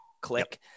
click